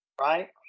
right